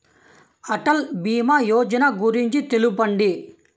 అటల్ భీమా యోజన గురించి తెలుపండి?